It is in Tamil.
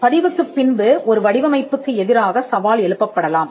பதிவுக்குப் பின்பு ஒரு வடிவமைப்புக்கு எதிராக சவால் எழுப்பப்படலாம்